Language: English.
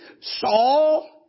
Saul